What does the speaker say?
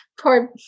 poor